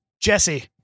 Jesse